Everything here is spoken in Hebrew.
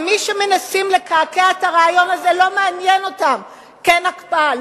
ומי שמנסים לקעקע את הרעיון הזה לא מעניין אותם כן הקפאה,